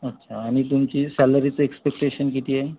अच्छा आणि तुमची सॅलरीचं एक्स्पेक्टेशन किती आहे